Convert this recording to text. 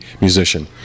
musician